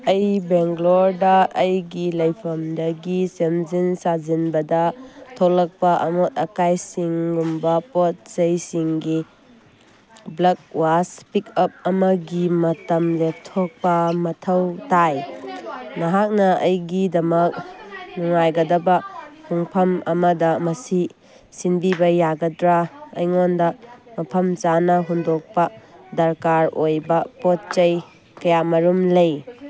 ꯑꯩ ꯕꯦꯡꯒ꯭ꯂꯣꯔꯗ ꯑꯩꯒꯤ ꯂꯩꯐꯝꯗꯒꯤ ꯁꯦꯝꯖꯤꯟ ꯁꯥꯖꯤꯟꯕꯗ ꯊꯣꯛꯂꯛꯄ ꯑꯃꯣꯠ ꯑꯀꯥꯏꯁꯤꯡꯒꯨꯝꯕ ꯄꯣꯠꯆꯩꯁꯤꯡꯒꯤ ꯕ꯭ꯂꯛ ꯋꯥꯁ ꯄꯤꯛꯑꯞ ꯑꯃꯒꯤ ꯃꯇꯝ ꯂꯦꯞꯊꯣꯛꯄ ꯃꯊꯧ ꯇꯥꯏ ꯅꯍꯥꯛꯅ ꯑꯩꯒꯤꯗꯃꯛ ꯅꯨꯡꯉꯥꯏꯒꯗꯕ ꯄꯨꯡꯐꯝ ꯑꯃꯗ ꯃꯁꯤ ꯁꯤꯟꯕꯤꯕ ꯌꯥꯒꯗ꯭ꯔꯥ ꯑꯩꯉꯣꯟꯗ ꯃꯐꯝ ꯆꯥꯅ ꯍꯨꯟꯗꯣꯛꯄ ꯗꯔꯀꯥꯔ ꯑꯣꯏꯕ ꯄꯣꯠꯆꯩ ꯀꯌꯥꯃꯔꯨꯝ ꯂꯩ